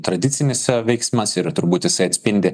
tradicinis veiksmas ir turbūt jisai atspindi